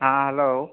ᱦᱮᱸ ᱦᱮᱞᱳ